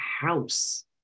house